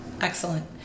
Excellent